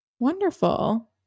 wonderful